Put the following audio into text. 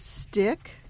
Stick